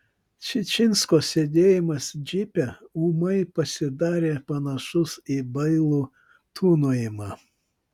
čičinsko sėdėjimas džipe ūmai pasidarė panašus į bailų tūnojimą